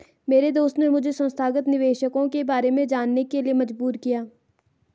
मेरे दोस्त ने मुझे संस्थागत निवेशकों के बारे में जानने के लिए मजबूर किया